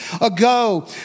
ago